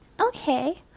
Okay